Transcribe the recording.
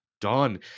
done